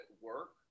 work